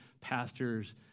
pastors